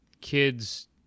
kids